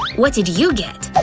what did you get?